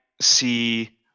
see